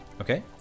Okay